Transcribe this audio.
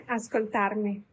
ascoltarmi